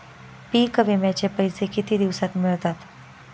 पीक विम्याचे पैसे किती दिवसात मिळतात?